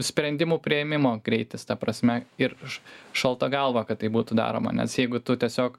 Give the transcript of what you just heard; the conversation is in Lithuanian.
sprendimų priėmimo greitis ta prasme ir š šalta galva kad tai būtų daroma nes jeigu tu tiesiog